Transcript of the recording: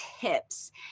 tips